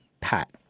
Pat